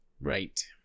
right